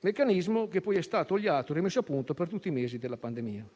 meccanismo che poi è stato oliato e rimesso a punto per tutti i mesi della pandemia.